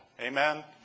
Amen